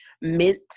Mint